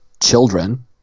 children